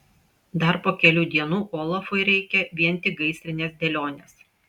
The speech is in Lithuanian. dar po kelių dienų olafui reikia vien tik gaisrinės dėlionės